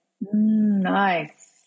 Nice